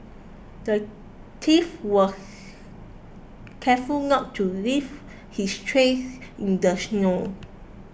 the thief was careful to not leave his tracks in the snow